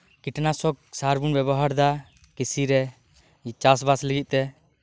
ᱠᱤᱴᱱᱟᱥᱚᱠ ᱥᱟᱨ ᱵᱚᱱ ᱵᱮᱵᱚᱦᱟᱨᱮᱫᱟ ᱠᱤᱥᱤᱨᱮ ᱪᱟᱥᱵᱟᱥ ᱞᱟᱹᱜᱤᱫ ᱛᱮ